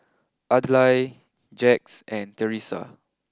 Adlai Jax and Theresa